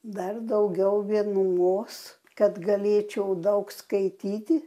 dar daugiau vienumos kad galėčiau daug skaityti